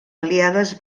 aliades